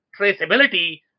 traceability